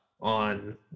on